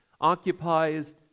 occupies